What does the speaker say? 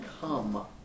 come